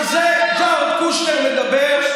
על זה ג'ארד קושנר מדבר,